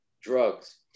drugs